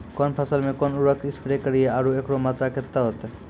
कौन फसल मे कोन उर्वरक से स्प्रे करिये आरु एकरो मात्रा कत्ते होते?